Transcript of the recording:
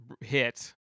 hit